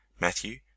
Matthew